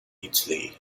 italy